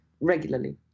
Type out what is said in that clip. regularly